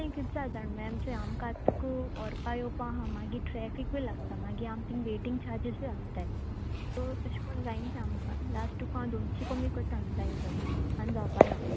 तें कित जालें जाणा मॅम चोय आमकां आतां तुका व्होरपा येवपा आहा मागीर ट्रेफीकूय लागता मागीर आमकां तिंगा वेटींग चार्जीसूय आसताय सो तेश कोन्न जायना तें आमकां लाश्टू तुका हांव दोनशीं कोमी कोरता जायन जायन आनी जावपा ना